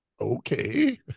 okay